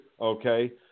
okay